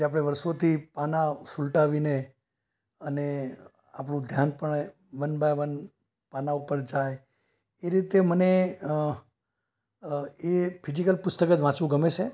આપણે વર્ષોથી પાનાં સુલટાવીને અને આપણું ધ્યાન પણ વન બાય વન પાનાં ઉપર જાય એ રીતે મને અ એ ફિઝિકલ પુસ્તક જ વાંચવું ગમે છે